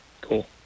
Cool